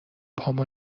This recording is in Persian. پامو